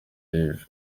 yves